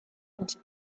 into